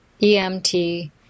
EMT